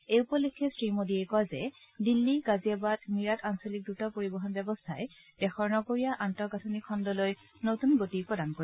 এই উপলক্ষে শ্ৰীমোডীয়ে কয় যে দিল্লী গাজিয়াবাদ মিৰাট আঞ্চলিক দ্ৰুত পৰিবহণ ব্যৱস্থাই দেশৰ নগৰীয়া আন্তঃগাঁঠনি খণ্ডলৈ নতূন গতিত প্ৰদান কৰিব